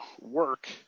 work